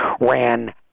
Ran